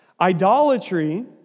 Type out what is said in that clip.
Idolatry